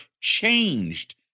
changed